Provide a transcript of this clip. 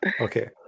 Okay